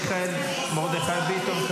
מיכאל מרדכי ביטון,